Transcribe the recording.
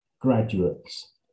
graduates